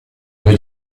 due